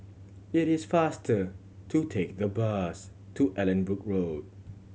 it is faster to take the bus to Allanbrooke Road